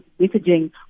messaging